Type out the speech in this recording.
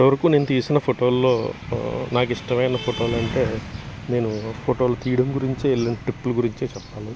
ఇంతవరకు నేను తీసిన ఫోటోల్లో నాకు ఇష్టమైన ఫోటోలంటే నేను ఫోటోలు తీయడం గురించి వేళ్ళను ట్రీప్పులు గురించే చెప్తాను